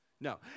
No